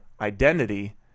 identity